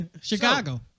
Chicago